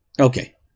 Okay